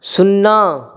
शुन्ना